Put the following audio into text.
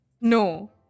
No